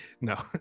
no